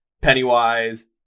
Pennywise